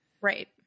Right